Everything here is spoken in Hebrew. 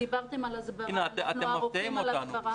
אתם מטעים אותנו.